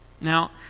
Now